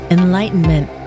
enlightenment